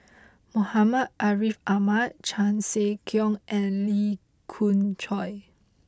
Muhammad Ariff Ahmad Chan Sek Keong and Lee Khoon Choy